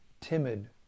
timid